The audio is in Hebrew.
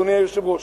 אדוני היושב-ראש,